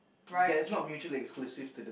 that's not mutually exclusive to the